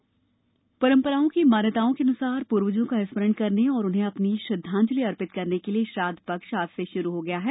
श्राद्व परम्पराओं की मान्यताओं के अनुसार पूर्वजों का स्मरण करने और उन्हें अपनी श्रद्वांजलि अर्पित करने के लिये श्राद्द पक्ष आज से शुरू हो गया है